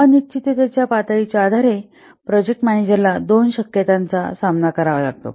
अनिश्चिततेच्या पातळीच्या आधारे प्रोजेक्ट मॅनेजरला दोन शक्यतांचा सामना करावा लागतो